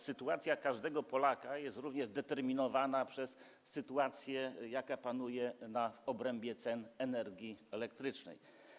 Sytuacja każdego Polaka jest również determinowana przez sytuację, jaka panuje w obrębie cen energii elektrycznej.